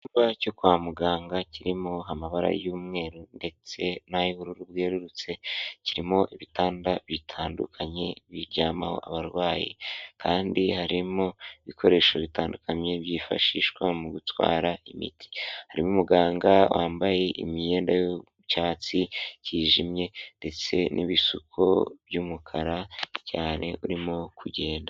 Icyumba cyo kwa muganga kirimo amabara y'umweru ndetse n'ay'ubururu bwerurutse, kirimo ibitanda bitandukanye biryamaho abarwayi kandi harimo ibikoresho bitandukanye byifashishwa mu gutwara imiti. Harimo umuganga wambaye imyenda y'cyatsi cyijimye ndetse n'ibisuko by'umukara cyane urimo kugenda.